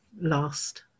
last